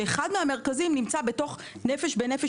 אחד מהמרכזים נמצא בתוך "נפש בנפש",